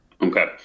Okay